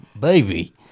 baby